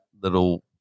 little